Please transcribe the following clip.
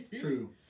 True